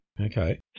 Okay